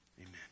amen